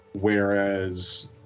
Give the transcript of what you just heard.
whereas